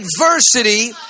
adversity